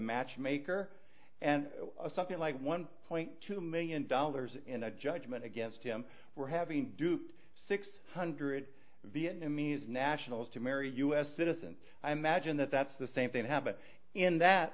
matchmaker and something like one point two million dollars in a judgment against him were having duped six hundred vietnamese nationals to marry a u s citizen i imagine that that's the same thing happened in that